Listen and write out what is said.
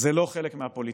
זה לא חלק מהפוליטיקה.